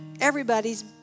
everybody's